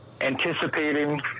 anticipating